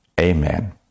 amen